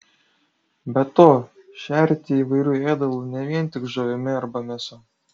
be to šerti įvairiu ėdalu ne vien tik žuvimi arba mėsa